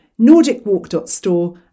NordicWalk.store